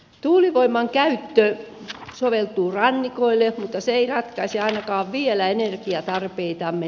tuulivoiman käyttö soveltuu rannikoille mutta se ei ratkaise ainakaan vielä energiatarpeitamme